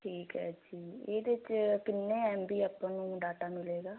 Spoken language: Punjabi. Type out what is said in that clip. ਠੀਕ ਐ ਜੀ ਇਹਦੇ ਚ ਕਿੰਨੇ ਐਮਬੀ ਆਪਾਂ ਨੂੰ ਡਾਟਾ ਮਿਲੇਗਾ